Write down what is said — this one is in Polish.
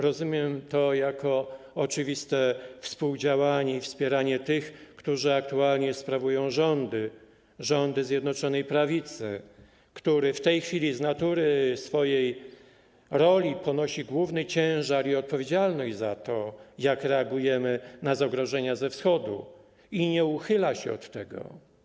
Rozumiem to jako oczywiste współdziałanie i wspieranie tych, którzy aktualnie sprawują rządy, rządu Zjednoczonej Prawicy, który w tej chwili z natury swojej roli dźwiga główny ciężar i ponosi odpowiedzialność za to, jak reagujemy na zagrożenia ze Wschodu, i nie uchyla się od tego.